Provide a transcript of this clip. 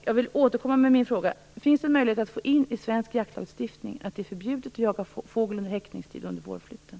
Jag vill återkomma med min fråga. Finns det en möjlighet att i svensk jaktlagstiftning få in att det är förbjudet att jaga fågel under häckningstiden och under vårflytten?